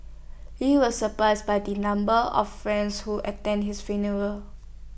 he was surprised by the number of friends who attended his funeral